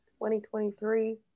2023